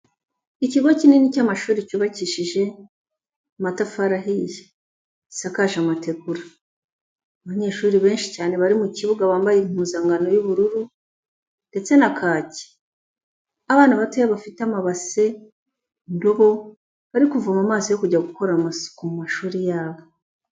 Ikigo kinini cy'amashuri cyubakishije amatafari ahiye, gisakaje amategura, abanyeshuri benshi cyane bari mu kibuga bambaye impuzankano y'ubururu ndetse na kaki, abana batoya bafite amabase, indobo, bari kuvoma amazi yo kujya gukora amasuku mu mashuri yabo.